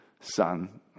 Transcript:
Son